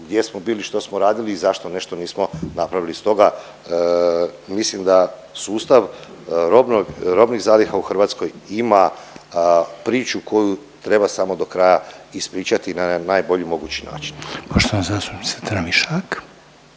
gdje smo bili, što smo radili i zašto nešto nismo napravili. Stoga mislim da sustav robnih zaliha u Hrvatskoj ima priču koju treba samo do kraja ispričati na najbolji mogući način.